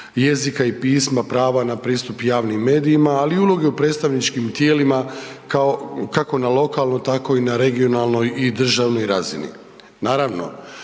jezika i pisma, prava na pristup javnim medijima, ali i uloge u predstavničkim tijelima, kako na lokalnoj, tako i na regionalnoj i državnoj razini. Naravno,